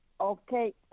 Okay